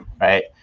right